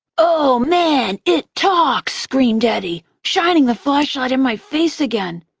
oh man, it talks! screamed eddie, shining the flashlight in my face again.